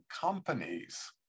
companies